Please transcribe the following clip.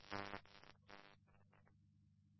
ja!